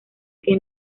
que